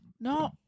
no